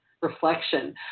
reflection